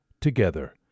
together